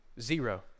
Zero